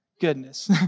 Goodness